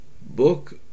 book